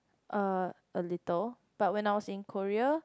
uh a little but when I was in Korea